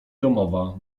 domowa